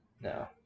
No